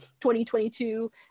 2022